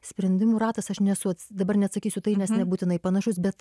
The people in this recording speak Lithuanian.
sprendimų ratas aš nesu dabar neatsakysiu tai nes nebūtinai panašus bet